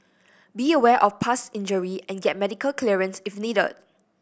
be aware of past injury and get medical clearance if needed